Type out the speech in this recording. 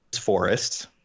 Forest